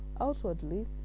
Outwardly